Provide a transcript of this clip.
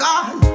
God